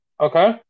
Okay